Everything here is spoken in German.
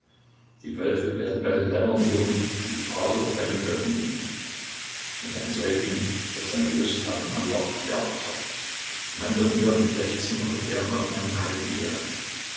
die wölfe werden bei den lämmern wohnen und die pardel bei den böcken liegen und ein säugling wird seine lust haben am loch der otter man wird nirgend lechzen noch verderben auf meinem heiligen